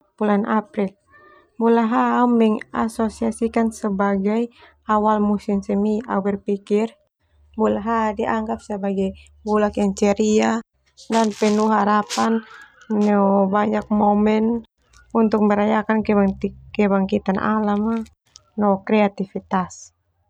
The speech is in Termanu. Bulan April bula ha au mengasosiasikan sebagai awal musim semi. Au berpikir bula ha dianggap sebagai bulak yang ceria dan penuh harapan no banyak momen untuk merayakan kebangkit-kebangkitan alam no kreativitas.